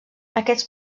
aquests